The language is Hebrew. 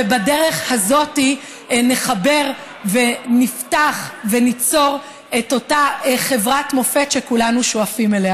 ובדרך הזאת נחבר ונפתח וניצור את אותה חברת מופת שכולנו שואפים אליה.